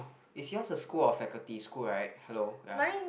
is yours a school of faculty school right hello ya